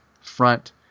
front